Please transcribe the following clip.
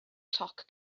toc